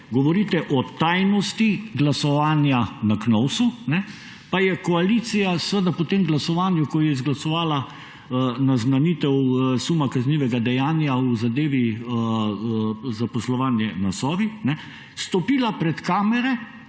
govorite o tajnosti glasovanja na Knovsu, pa je koalicija po tem glasovanju, ko je izglasovala naznanitev suma kaznivega dejanja v zadevi zaposlovanje na Sovi, stopila pred kamere,